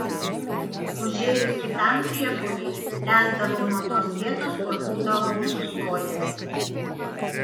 užėjus kitam priepuoliui tęsdavau nuo tos vietos kur būdavau sustojęs